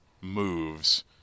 moves